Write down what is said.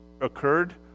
occurred